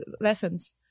lessons